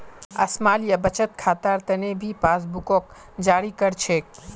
small या बचत खातार तने भी पासबुकक जारी कर छे